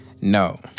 no